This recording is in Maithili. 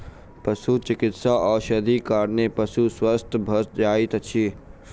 पशुचिकित्सा औषधिक कारणेँ पशु स्वस्थ भ जाइत अछि